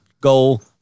goal